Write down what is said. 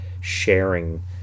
sharing